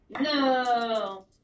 No